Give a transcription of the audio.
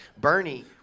Bernie